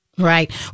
Right